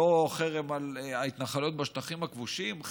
על ההתנחלויות בשטחים הכבושים,